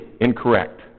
incorrect